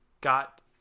got